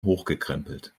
hochgekrempelt